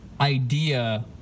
idea